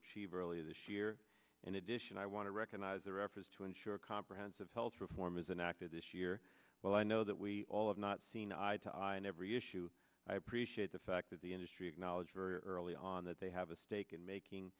achieve earlier this year in addition i want to recognize their efforts to ensure comprehensive health reform is an actor this year well i know that we all have not seen eye to eye on every issue i appreciate the fact that the industry acknowledged very early on that they have a stake in making